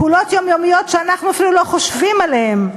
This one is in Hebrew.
פעולות יומיומיות שאנחנו אפילו לא חושבים עליהן,